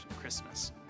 Christmas